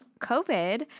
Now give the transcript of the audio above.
COVID